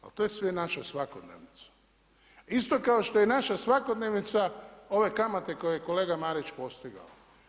Ali to je sve naša svakodnevnica, isto kao što je i naša svakodnevica ove kamate koje je kolega Marić postigao.